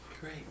Great